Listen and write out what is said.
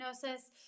diagnosis